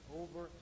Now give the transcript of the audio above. over